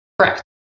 Correct